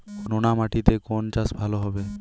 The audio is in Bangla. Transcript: নোনা মাটিতে কোন চাষ ভালো হবে?